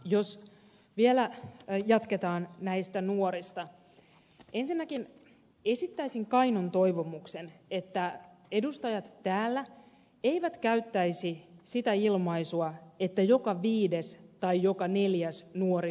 jos vielä jatketaan näistä nuorista ensinnäkin esittäisin kainon toivomuksen että edustajat täällä eivät käyttäisi sitä ilmaisua että joka viides tai joka neljäs nuori on työtön